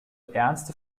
ernste